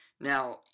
Now